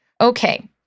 Okay